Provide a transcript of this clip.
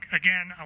again